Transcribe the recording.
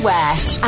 West